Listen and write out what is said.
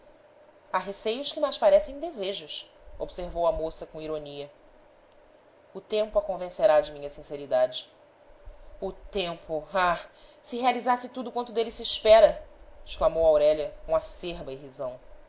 há receios que mais parecem desejos observou a moça com ironia o tempo a convencerá de minha sinceridade o tempo ah se realizasse tudo quanto dele se espera exclamou aurélia com acerba irrisão